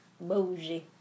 bougie